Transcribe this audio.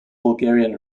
bulgarian